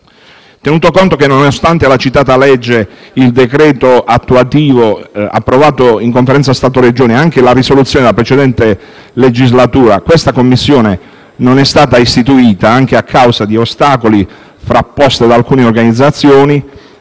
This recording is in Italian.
Tenuto conto che, nonostante la citata legge, il decreto attuativo approvato in sede di Conferenza Stato-Regioni e la risoluzione della precedente legislatura, questa commissione non è stata istituita, anche a causa di ostacoli frapposti da alcune organizzazioni,